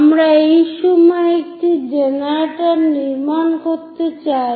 আমরা এই সময়ে একটি জেনারেটর নির্মাণ করতে চাই